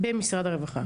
במשרד הרווחה.